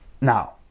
now